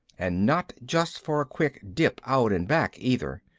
and not just for a quick dip out and back either.